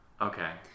okay